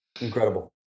Incredible